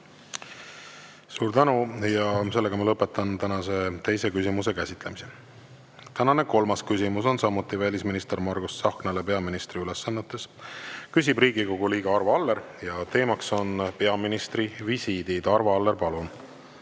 Suur tänu! Ma lõpetan tänase teise küsimuse käsitlemise. Tänane kolmas küsimus on samuti välisminister Margus Tsahknale peaministri ülesannetes, küsib Riigikogu liige Arvo Aller ja teema on peaministri visiidid. Arvo Aller, palun!